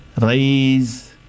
raise